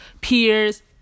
peers